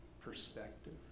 perspective